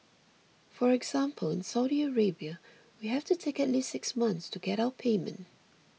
for example in Saudi Arabia we have to take at least six months to get our payment